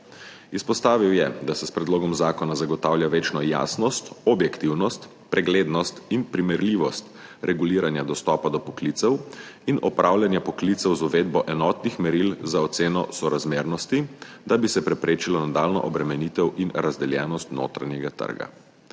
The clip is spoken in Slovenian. Izpostavil je, da se s predlogom zakona zagotavlja večjo jasnost, objektivnost, preglednost in primerljivost reguliranja dostopa do poklicev in opravljanja poklicev z uvedbo enotnih meril za oceno sorazmernosti, da bi se preprečilo nadaljnjo obremenitev in razdeljenost notranjega trga.